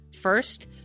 First